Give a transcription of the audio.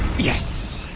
yes